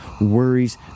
worries